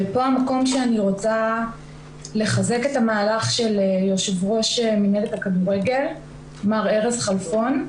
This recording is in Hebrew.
פה המקום שאני רוצה לחזק את המהלך של יו"ר מינהלת הכדורגל מר ארז חלפון,